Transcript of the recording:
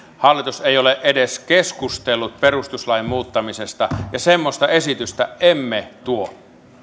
hallitus ei ole edes keskustellut perustuslain muuttamisesta ja semmoista esitystä emme tuo